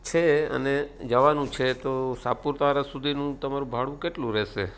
છે અને જવાનું છે તો સાપુતારા સુધીનું તમારું ભાડું કેટલું રહેશે